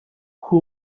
who